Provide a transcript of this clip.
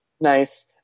Nice